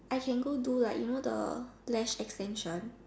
I can go do like you know the lash extension